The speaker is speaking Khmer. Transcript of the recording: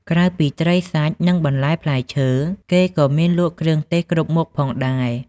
ក្រៅពីត្រីសាច់និងបន្លែផ្លែឈើ គេក៏មានលក់គ្រឿងទេសគ្រប់មុខផងដែរ។